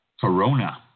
Corona